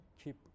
keep